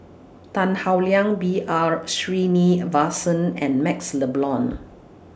Tan Howe Liang B R Sreenivasan and MaxLe Blond